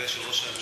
הבן של ראש הממשלה,